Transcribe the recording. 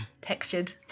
textured